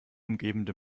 umgebende